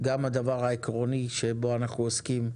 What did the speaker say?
גם הדבר העקרוני שבו אנחנו עוסקים,